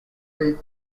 peak